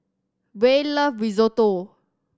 Rey love Risotto